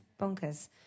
bonkers